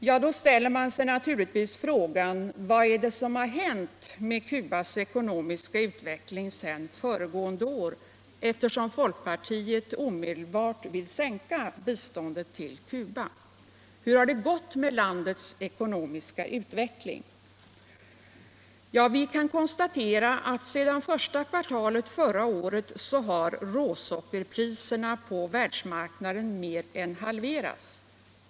Man frågar sig naturligtvis då: Vad har hänt sedan föregående år, efter som folkpartiet omedelbart vill sänka biståndet till Cuba? Hur har det gått med landets ekonomiska utveckling? Ja, vi kan konstatera att sedan första kvartalet förra året har råsockerpriserna på världsmarknaden mer än halverats!